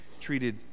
treated